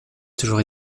toujours